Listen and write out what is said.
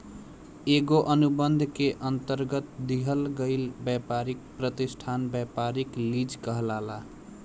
एगो अनुबंध के अंतरगत दिहल गईल ब्यपारी प्रतिष्ठान ब्यपारिक लीज कहलाला